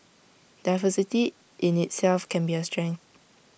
diversity in itself can be A strength